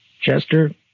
Chester